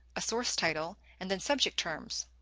a source title, and then subject terms,